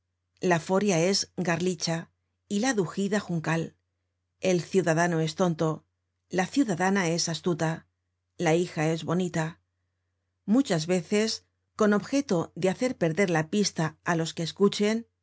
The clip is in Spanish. la foria es garlicha y la dugida juncal el ciudadano es tonto la ciudadana es astuta la hija es bonita muchas veces con objeto de hacer perder la pista á los que escuchen